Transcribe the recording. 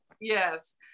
Yes